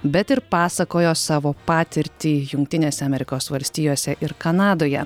bet ir pasakojo savo patirtį jungtinėse amerikos valstijose ir kanadoje